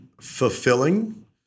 fulfilling